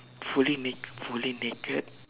fully naked fully naked